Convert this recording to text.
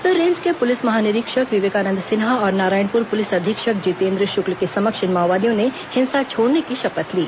Bastar range के police महानिरीक्षक विवेकानंद सिन्हा और नारायणपुर पुलिस अधीक्षक जितेन्द्र शुक्ल के समक्ष इन माओवादियों ने हिंसा छोड़ने की शपथ ली